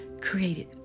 created